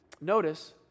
Notice